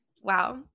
Wow